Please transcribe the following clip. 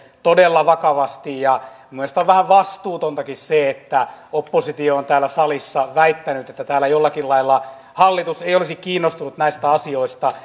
todella vakavasti minusta on vähän vastuutontakin se että oppositio on täällä salissa väittänyt että täällä jollakin lailla hallitus ei olisi kiinnostunut näistä asioista